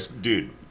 Dude